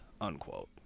unquote